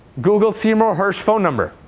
google seymour hirsch phone number.